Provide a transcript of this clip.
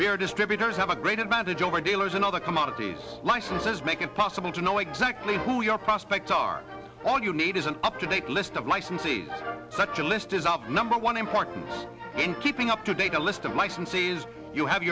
where distributors have a great advantage over dealers and other commodities licenses make it possible to know exactly who your prospects are all you need is an up to date list of licensees such a list is up number one important in keeping up to date first of licensees you have